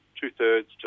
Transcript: two-thirds